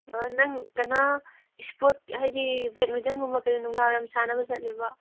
ꯑꯗꯣ ꯅꯪ ꯀꯩꯅꯣ ꯏꯁꯄꯣꯔꯠ ꯍꯥꯏꯗꯤ ꯕꯦꯗꯃꯤꯟꯇꯟꯒꯨꯝꯕ ꯀꯔꯤꯒꯨꯝꯕ ꯁꯥꯟꯅꯕ ꯆꯠꯂꯤꯕ꯭ꯔꯣ